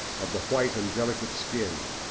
of the white and delicate skin,